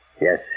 Yes